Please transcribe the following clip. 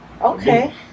Okay